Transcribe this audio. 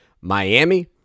Miami